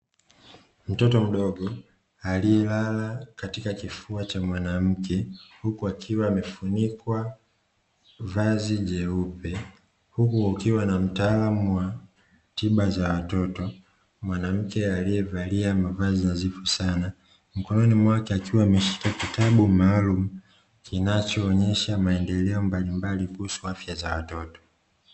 Mtoto mdogo aliyelala katika kifua cha mwanamke huku akiwa amefunikwa vazi jeupe; huku kukiwa na mtaalamu wa tiba za watoto, mwanamke aliyevalia mavazi nadhifu sana, mkononi mwake akiwa ameshika kitabu maalumu kinachoonyesha maendeleo mbalimbali kuhusu afya za watoto.